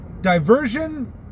Diversion